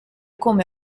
come